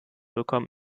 bekommt